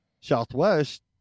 Southwest